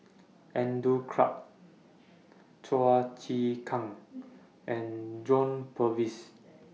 Andrew Clarke Chua Chim Kang and John Purvis